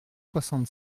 soixante